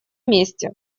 месте